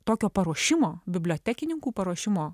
tokio paruošimo bibliotekininkų paruošimo